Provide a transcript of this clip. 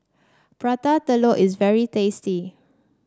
Prata Telur is very tasty